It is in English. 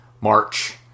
March